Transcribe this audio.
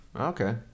okay